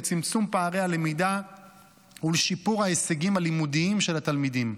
לצמצום פערי הלמידה ולשיפור ההישגים הלימודיים של התלמידים.